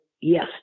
yes